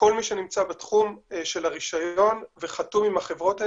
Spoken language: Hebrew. כל מי שנמצא בתחום של הרישיון וחתום עם החברות האלה,